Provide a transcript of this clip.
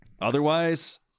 Otherwise